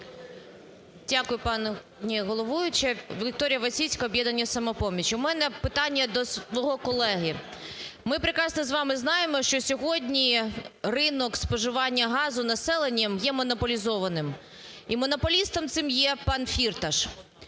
Дякую, пані головуюча. Вікторія Войціцька, "Об'єднання "Самопоміч". У мене питання до свого колеги. Ми прекрасно з вами знаємо, що сьогодні ринок споживання газу населенням є монополізованим. І монополістом цим є пан Фірташ.